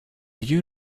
you